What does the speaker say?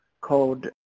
called